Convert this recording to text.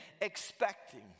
expecting